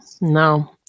no